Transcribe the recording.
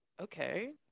Okay